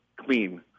clean